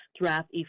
draft